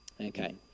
Okay